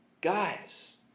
Guys